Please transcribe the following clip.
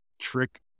trick